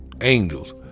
angels